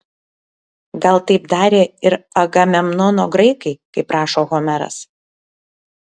gal taip darė ir agamemnono graikai kaip rašo homeras